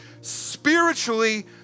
spiritually